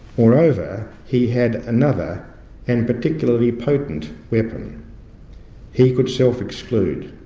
moreover, he had another and particularly potent weapon he could self-exclude.